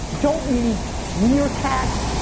don't use meerkat,